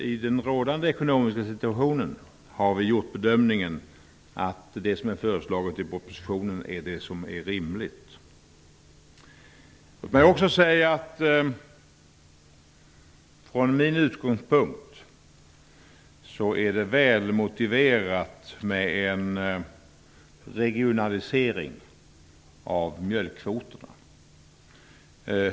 I den rådande ekonomiska situationen har vi gjort bedömningen att det som är föreslaget i propositionen är det rimliga. Låt mig också säga att det från min utgångspunkt är välmotiverat med en regionalisering av mjölkkvoterna.